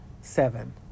Seven